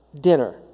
dinner